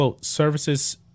services